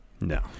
No